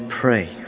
pray